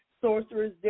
sorcerers